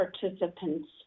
participants